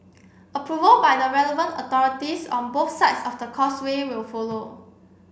approval by the relevant authorities on both sides of the Causeway will follow